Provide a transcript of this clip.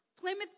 Plymouth